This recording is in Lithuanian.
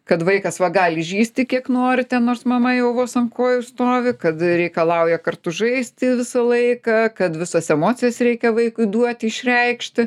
kad vaikas va gali žįsti kiek nori ten nors mama jau vos ant kojų stovi kad reikalauja kartu žaisti visą laiką kad visas emocijas reikia vaikui duoti išreikšti